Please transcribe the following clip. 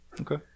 Okay